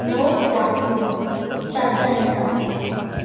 نو لاکھ ستر ہزار